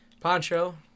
Pancho